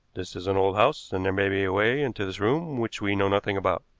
this is an old house, and there may be a way into this room which we know nothing about.